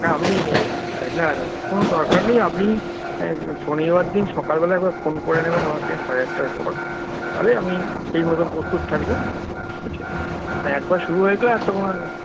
না আপনি না না কোনো দরকার নেই আপনি শনিবার দিন সকালবেলা একবার ফোন করে নেবেন আমাকে সাড়ে আটটার পর তাহলে আমি ঠিক মতন প্রস্তুত থাকবো ঠিক আছে তো একবার শুরু হয়ে গেলে তখন আর